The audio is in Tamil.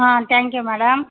ah thank you madam